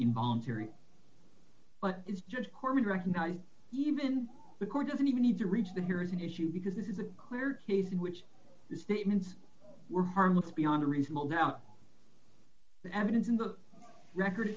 involuntary but is judge korman to recognize even the court doesn't even need to reach the here is an issue because this is a clear case in which the statements were harmless beyond a reasonable doubt the evidence in the record